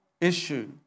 issue